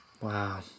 Wow